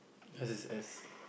yours is S